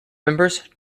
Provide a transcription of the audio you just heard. members